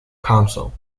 council